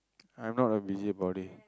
I'm not a busybody